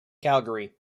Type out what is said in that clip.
calgary